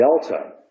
Delta